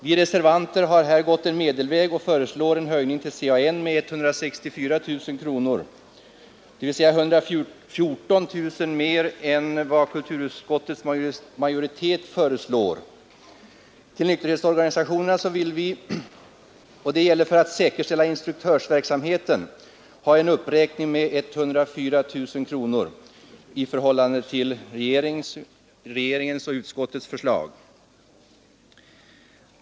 Vi reservanter har gått en medelväg och föreslår en höjning till CAN med 164 000 kronor dvs. 114 000 kronor mer än vad kulturutskottets majoritet föreslår. I fråga om bidraget till nykterhetsorganisationerna vill vi för att säkerställa instruktörsverksamheten räkna upp anslaget med 104 000 kronor i förhållande till regeringens och utskottets förslag.